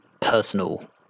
personal